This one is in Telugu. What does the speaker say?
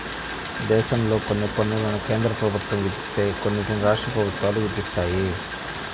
దేశంలో కొన్ని పన్నులను కేంద్ర ప్రభుత్వం విధిస్తే కొన్నిటిని రాష్ట్ర ప్రభుత్వాలు విధిస్తాయి